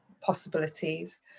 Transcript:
possibilities